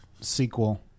sequel